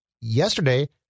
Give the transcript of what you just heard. yesterday